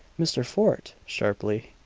mr. fort! sharply.